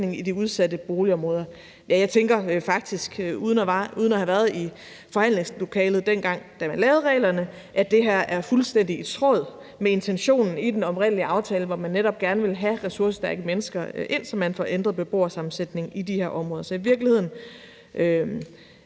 i de udsatte boligområder. Ja, jeg tænker faktisk – uden at have været i forhandlingslokalet, dengang vi lavede reglerne – at det her er fuldstændig i tråd med intentionen i den oprindelige aftale, hvor man netop gerne ville have ressourcestærke mennesker ind, så man får ændret beboersammensætningen i de her områder. Så det er i virkeligheden